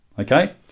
okay